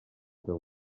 teu